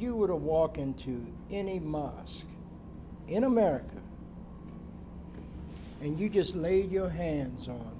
you were to walk into any mosque in america and you just laid your hands on